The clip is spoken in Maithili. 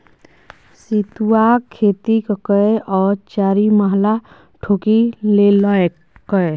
सितुआक खेती ककए ओ चारिमहला ठोकि लेलकै